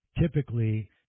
typically